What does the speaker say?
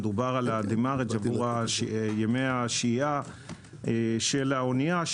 אלא מדובר על ימי השהייה של האוניה,